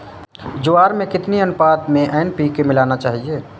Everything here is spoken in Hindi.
ज्वार में कितनी अनुपात में एन.पी.के मिलाना चाहिए?